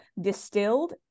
distilled